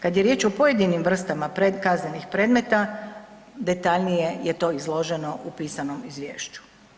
Kad je riječ o pojedinim vrstama kaznenih predmeta, detaljnije je to izloženo u pisanom izvješću.